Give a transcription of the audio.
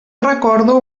recordo